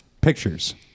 pictures